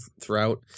throughout